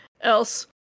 else